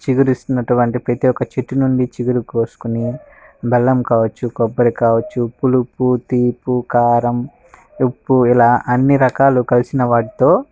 చిగురిస్తు ఉన్నటువంటి ప్రతిఒక్క చెట్టు నుండి చిగురు కోసుకొని బెల్లం కావచ్చు కొబ్బరి కావచ్చు పులుపు తీపి కారం ఉప్పు ఇలా అన్నీ రకాలు కలిసిన వాటితో